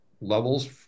levels